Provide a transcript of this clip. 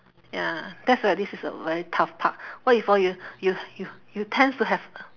ya that's where this is a very tough part what if hor you you you you tends to have